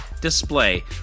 display